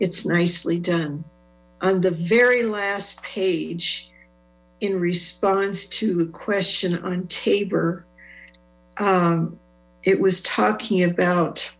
it's nicely done on the very last page in response to a question on tabor it was talking about